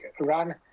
run